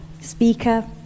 speaker